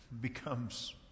becomes